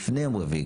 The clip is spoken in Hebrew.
לפני יום רביעי,